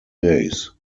days